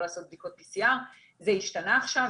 לעשות בדיקות PCR. זה השתנה עכשיו,